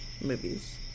movies